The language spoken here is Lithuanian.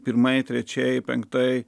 pirmai trečiai penktai